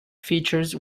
features